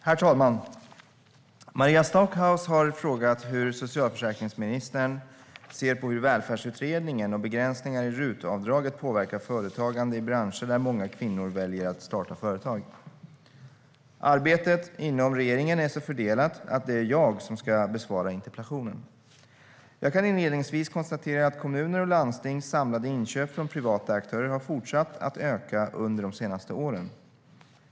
Herr talman! Maria Stockhaus har frågat hur socialförsäkringsministern ser på hur Välfärdsutredningen och begränsningar i RUT-avdraget påverkar företagande i branscher där många kvinnor väljer att starta företag. Arbetet inom regeringen är så fördelat att det är jag som ska besvara interpellationen. Jag kan inledningsvis konstatera att kommuners och landstings samlade inköp från privata aktörer har fortsatt att öka under de senaste åren.